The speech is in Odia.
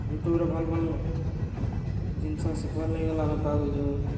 ୟୁଟ୍ୟୁବ୍ରେ ଭଲ୍ ଭଲ୍ ଜିନିଷ ଶିଖିବାର୍ ଲାଗିଗଲା ଆମେ ପାଉଚୁଁ